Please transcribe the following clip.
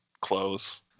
clothes